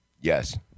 Yes